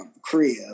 crib